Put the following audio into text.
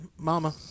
Mama